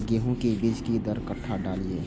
गेंहू के बीज कि दर कट्ठा डालिए?